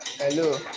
Hello